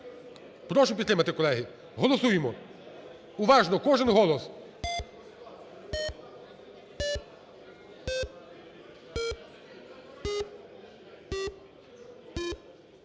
Прошу підтримати, колеги, голосуємо. Уважно, кожен голос.